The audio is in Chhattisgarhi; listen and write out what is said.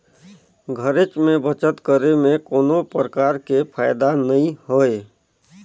घरेच में बचत करे में कोनो परकार के फायदा नइ होय